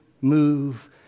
move